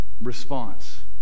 response